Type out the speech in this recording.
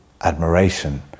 admiration